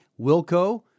Wilco